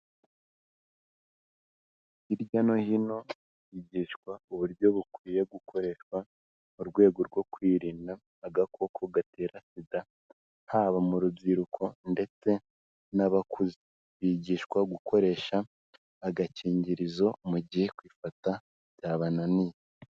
Hirya no hino higishwa uburyo bukwiye gukoreshwa mu rwego rwo kwirinda agakoko gatera sida haba mu rubyiruko ndetse n'abakuze, bigishwa gukoresha agakingirizo mu gihe kwifata byabananiye.